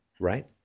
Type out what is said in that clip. right